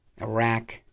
Iraq